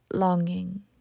Longing